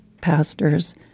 pastors